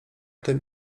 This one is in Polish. tym